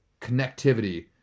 connectivity